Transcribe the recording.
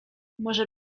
może